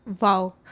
Wow